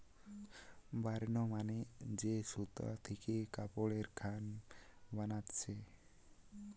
burn মানে যে সুতা থিকে কাপড়ের খান বানাচ্ছে